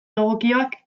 egokiak